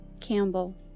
Campbell